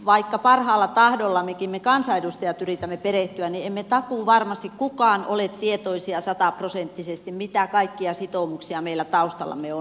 vaikka parhaalla tahdollammekin me kansanedustajat yritämme perehtyä niin emme takuuvarmasti ketkään ole sataprosenttisesti tietoisia siitä mitä kaikkia sitoumuksia meillä taustallamme on